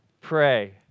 Pray